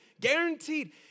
Guaranteed